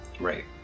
right